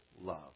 love